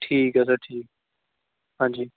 ਠੀਕ ਹੈ ਸਰ ਠੀਕ ਹਾਂਜੀ